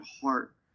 heart